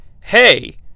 Hey